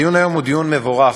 הדיון היום הוא דיון מבורך,